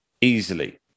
easily